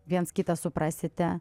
viens kitą suprasite